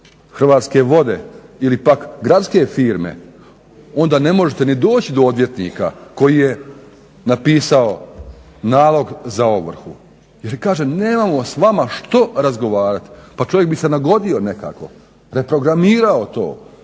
Hrvatske vode ili pak gradske firme onda ne možete ni doći do odvjetnika koji je napisao nalog za ovrhu. Jer kaže nemamo s vama što razgovarati. Pa čovjek bi se nagodio nekako, reprogramirao to,